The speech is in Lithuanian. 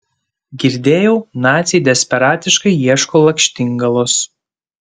girdėjau naciai desperatiškai ieško lakštingalos